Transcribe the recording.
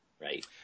Right